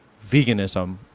veganism